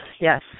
Yes